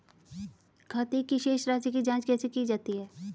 खाते की शेष राशी की जांच कैसे की जाती है?